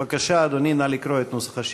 בבקשה, אדוני, נא לקרוא את נוסח השאילתה.